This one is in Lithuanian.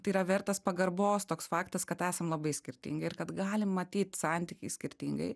tai yra vertas pagarbos toks faktas kad esam labai skirtingi ir kad galim matyt santykį skirtingai